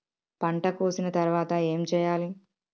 పంట కోసిన తర్వాత ఏం చెయ్యాలి?